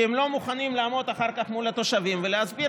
כי הם לא מוכנים לעמוד אחר כך מול התושבים ולהסביר